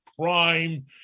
crime